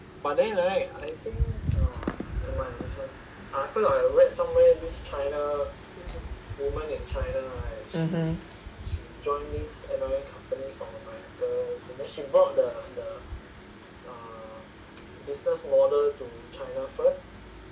mmhmm